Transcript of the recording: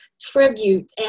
tribute